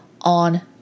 on